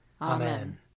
Amen